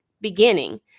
beginning